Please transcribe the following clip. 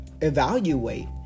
evaluate